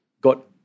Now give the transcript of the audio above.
got